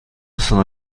sono